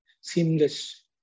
seamless